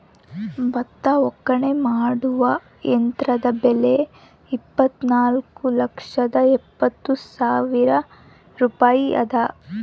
ಭತ್ತ ಒಕ್ಕಣೆ ಮಾಡುವ ಯಂತ್ರದ ಬೆಲೆ ಇಪ್ಪತ್ತುನಾಲ್ಕು ಲಕ್ಷದ ಎಪ್ಪತ್ತು ಸಾವಿರ ರೂಪಾಯಿ ಅದ